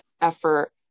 effort